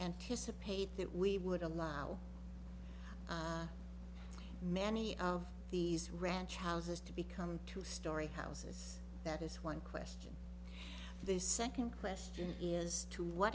anticipate that we would allow many of these ranch houses to become two story houses that is one question the second question is to what